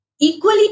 equally